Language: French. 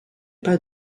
pas